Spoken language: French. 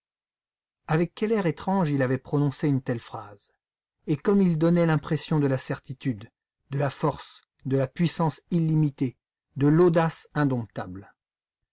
avec quel air étrange il avait prononcé une telle phrase et comme il donnait l'impression de la certitude de la force de la puissance illimitée de l'audace indomptable